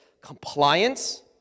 compliance